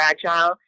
fragile